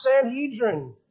Sanhedrin